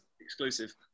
Exclusive